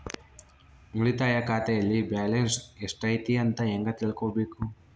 ಉಳಿತಾಯ ಖಾತೆಯಲ್ಲಿ ಬ್ಯಾಲೆನ್ಸ್ ಎಷ್ಟೈತಿ ಅಂತ ಹೆಂಗ ತಿಳ್ಕೊಬೇಕು?